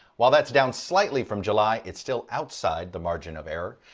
while thats down slightly from july its still outside the margin of error.